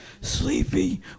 Sleepy